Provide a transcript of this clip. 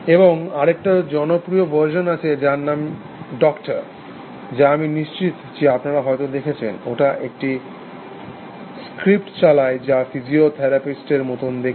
এবং আর একটা জনপ্রিয় ভার্সন আছে যার নাম ডক্টর যা আমি নিশ্চিত যে আপনারা হয়ত দেখেছেন ওটা একটি স্ক্রিপ্ট চালায় যা ফিজিওথেরাপিস্ট এর মতন দেখতে